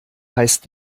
heißt